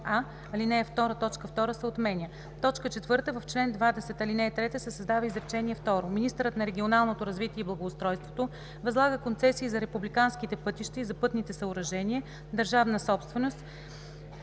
ал. 2 т. 2 се отменя. 4. В чл. 20, ал. 3 се създава изречение второ: „Министърът на регионалното развитие и благоустройството възлага концесии за републиканските пътища и за пътните съоръжения – държавна собственост